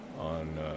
on